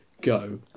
go